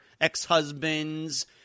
ex-husbands